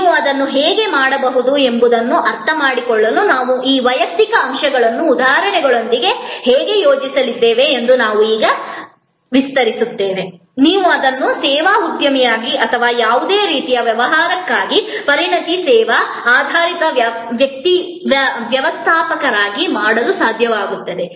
ನೀವು ಅದನ್ನು ಹೇಗೆ ಮಾಡಬಹುದು ಎಂಬುದನ್ನು ಅರ್ಥಮಾಡಿಕೊಳ್ಳಲು ನಾವು ಈ ವೈಯಕ್ತಿಕ ಅಂಶಗಳನ್ನು ಉದಾಹರಣೆಗಳೊಂದಿಗೆ ಹೇಗೆ ನಿಯೋಜಿಸಲಿದ್ದೇವೆ ಎಂದು ನಾವು ಈಗ ವಿಸ್ತರಿಸುತ್ತೇವೆ ನೀವು ಅದನ್ನು ಸೇವಾ ಉದ್ಯಮಿಯಾಗಿ ಅಥವಾ ಯಾವುದೇ ರೀತಿಯ ವ್ಯವಹಾರಕ್ಕಾಗಿ ಪರಿಣಿತ ಸೇವಾ ಆಧಾರಿತ ವ್ಯವಸ್ಥಾಪಕರಾಗಿ ಮಾಡಲು ಸಾಧ್ಯವಾಗುತ್ತದೆ